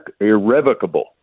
irrevocable